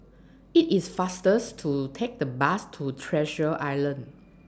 IT IS faster to Take The Bus to Treasure Island